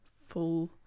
full